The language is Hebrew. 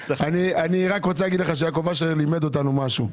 אני רק רוצה להגיד לך שיעקב אשר לימד אותנו משהו.